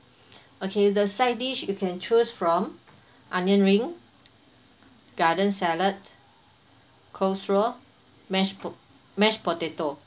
okay the side dish you can choose from onion ring garden salad coleslaw mashed po~ mashed potato